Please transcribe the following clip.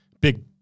big